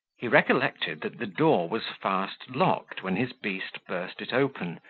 he recollected that the door was fast locked when his beast burst it open,